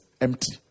empty